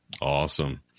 Awesome